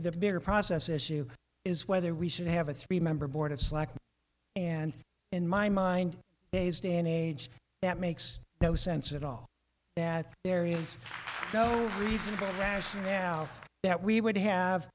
the bigger process issue is whether we should have a three member board of slack and in my mind days day and age that makes no sense at all that there is no reason to us now that we would have